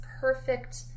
perfect